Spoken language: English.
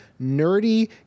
nerdy